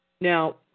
Now